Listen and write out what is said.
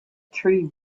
tree